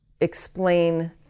explain